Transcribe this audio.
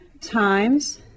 times